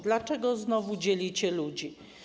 Dlaczego znowu dzielicie ludzi?